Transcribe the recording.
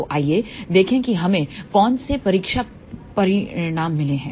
तो आइए देखें कि हमें कौन से परीक्षा परिणाम मिले हैं